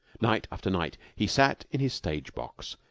night after night he sat in his stage-box,